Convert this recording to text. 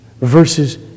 versus